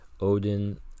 Odin